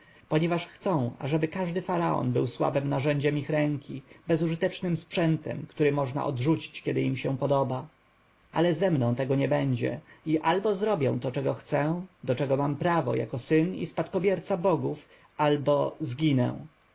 ponieważ chcą ażeby każdy faraon był słabem narzędziem ich ręki bezużytecznym sprzętem który można odrzucić kiedy im się podoba ale ze mną tego nie będzie i albo zrobię to czego chcę do czego mam prawo jako syn i spadkobierca bogów albo zginę